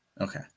Okay